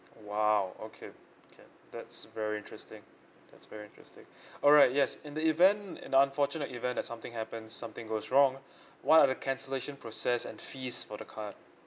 !wow! okay okay that's very interesting that's very interesting alright yes in the event an unfortunate event that something happens something goes wrong what are the cancellation process and fees for the card